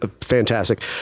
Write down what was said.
Fantastic